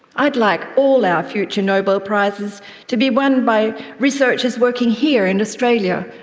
i would like all our future nobel prizes to be won by researchers working here, in australia,